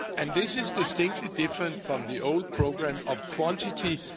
and this is distinctly different from the old program of quantity.